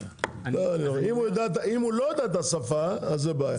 אם הוא לא יודע את השפה אז זה בעיה,